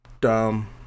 Dumb